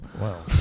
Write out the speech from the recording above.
Wow